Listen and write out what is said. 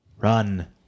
Run